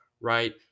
right